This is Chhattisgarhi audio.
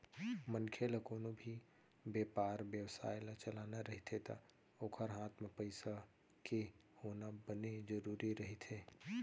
मनखे ल कोनो भी बेपार बेवसाय ल चलाना रहिथे ता ओखर हात म पइसा के होना बने जरुरी रहिथे